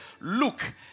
Look